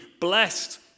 Blessed